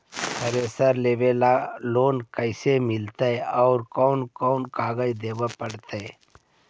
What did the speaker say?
Thresher लेबे ल loan कैसे मिलतइ और कोन कोन कागज देबे पड़तै?